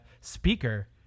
speaker